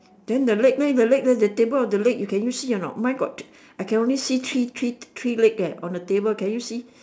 then the leg then the leg the table of the leg can you see or not mine got I can only see three three three leg eh on the table can you see